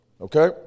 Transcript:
okay